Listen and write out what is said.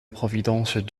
providence